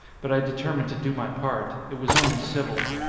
but i determined to do my part. it was only civil.